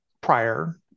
prior